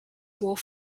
wolf